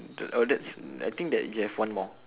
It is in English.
the oh that's mm I think that you have one more